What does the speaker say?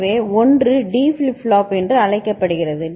எனவே ஒன்று D flip flop என்று அழைக்கப்படுகிறது